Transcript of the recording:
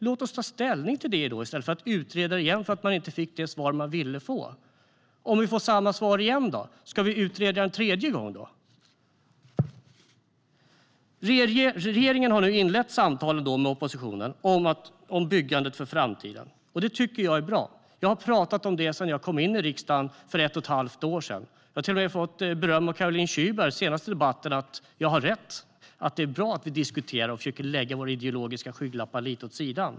Låt oss ta ställning till dem i stället för att utreda igen för att man inte fick det svar man ville få! Om vi får samma svar igen, ska vi då utreda en tredje gång? Regeringen har nu inlett samtal med oppositionen om byggandet för framtiden. Det tycker jag är bra. Jag har pratat om det sedan jag kom in i riksdagen för ett och ett halvt år sedan. Jag fick till och med beröm av Caroline Szyber i den senaste debatten för att jag har rätt i att det är bra att vi diskuterar och försöker lägga våra ideologiska skygglappar lite åt sidan.